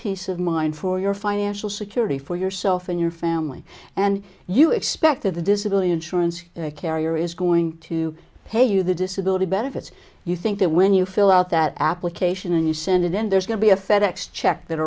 peace of mind for your financial security for yourself and your family and you expect that the disability insurance carrier is going to pay you the disability benefits you think that when you fill out that application and you send it in there's going to be a fed ex check that